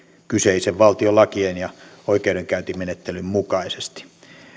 kyseisen valtion lakien ja oikeudenkäyntimenettelyn mukaisesti